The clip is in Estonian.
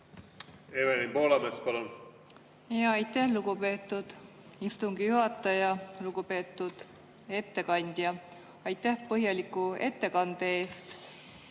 Evelin Poolamets, palun! Aitäh, lugupeetud istungi juhataja! Lugupeetud ettekandja, aitäh põhjaliku ettekande eest!